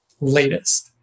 latest